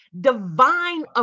divine